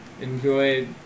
Enjoy